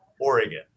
Oregon